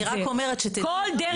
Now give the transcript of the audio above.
אני רק אומרת --- מה שאני אומרת, כל דרך